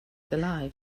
alive